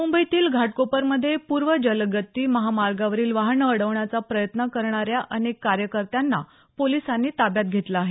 मुंबईतील घाटकोपरमध्ये पूर्व जलदगती महामार्गावरील वाहनं अडवण्याचा प्रयत्न करणाऱ्या अनेक कार्यकर्त्यांना पोलिसांनी ताब्यात घेतलं आहे